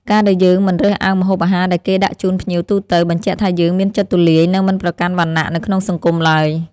ការដែលយើងមិនរើសអើងម្ហូបអាហារដែលគេដាក់ជូនភ្ញៀវទូទៅ បញ្ជាក់ថាយើងមានចិត្តទូលាយ និងមិនប្រកាន់វណ្ណៈនៅក្នុងសង្គមឡើយ។